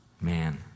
Man